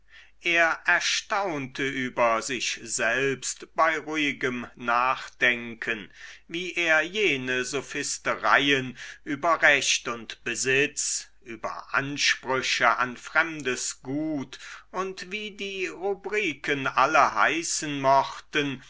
er erstaunte über sich selbst bei ruhigem nachdenken wie er jene sophistereien über recht und besitz über ansprüche an fremdes gut und wie die rubriken alle heißen mochten